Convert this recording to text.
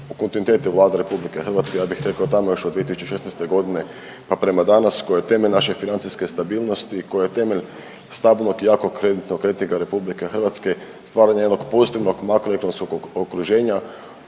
u kontinuitetu Vlade RH ja bih rekao tako još 2016. godine pa prema danas koja je temelj naše financijske stabilnosti i koja je temelj stabilnog i …/Govornik se ne razumije./… rejtinga RH, stvaranje jednog pozitivnog makroekonomskog okruženja,